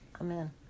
Amen